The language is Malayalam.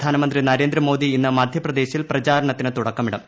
പ്രധാനമന്ത്രി നരേന്ദ്രമോദി ഇന്ന് മധ്യപ്രദേശീൽ പ്രചാരണത്തിന് തുടക്കമിടും